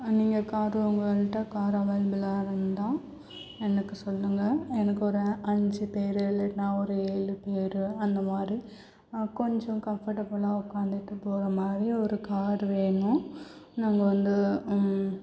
நீங்கள் கார் உங்கள்கிட்ட கார் அவைலபிளாக இருந்தால் எனக்கு சொல்லுங்க எனக்கு ஒரு அஞ்சு பேர் இல்லைன்னா ஒரு ஏழு பேர் அந்த மாதிரி கொஞ்சம் கம்ஃபர்டபுளாக உக்காந்துட்டு போகிற மாதிரி ஒரு கார் வேணும் நாங்கள் வந்து